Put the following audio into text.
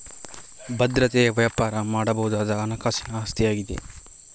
ಭದ್ರತೆಯು ವ್ಯಾಪಾರ ಮಾಡಬಹುದಾದ ಹಣಕಾಸಿನ ಆಸ್ತಿಯಾಗಿದೆ